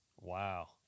Wow